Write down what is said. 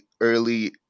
early